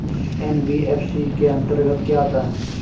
NBFC के अंतर्गत क्या आता है?